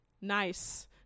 nice